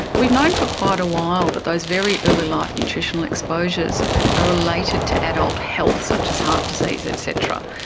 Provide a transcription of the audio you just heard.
we've known for quite a while that those very early life nutritional exposures are related to adult health, such as heart disease et cetera.